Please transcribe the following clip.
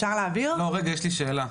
יש לי שאלה.